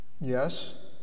Yes